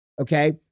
Okay